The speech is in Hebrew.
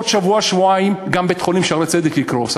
עוד שבוע-שבועיים גם בית-החולים "שערי צדק" יקרוס.